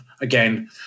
again